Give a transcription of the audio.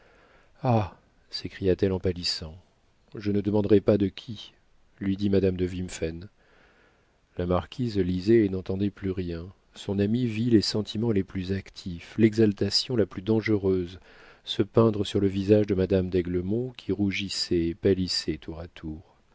ah s'écria-t-elle en pâlissant je ne demanderai pas de qui lui dit madame de wimphen la marquise lisait et n'entendait plus rien son amie vit les sentiments les plus actifs l'exaltation la plus dangereuse se peindre sur le visage de madame d'aiglemont qui rougissait et pâlissait tour à tour